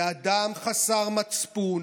לאדם חסר מצפון,